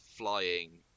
Flying